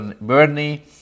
Bernie